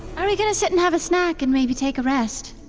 aren't we going to sit and have a snack and maybe take a rest?